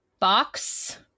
Box